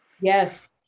Yes